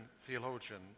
theologian